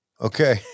Okay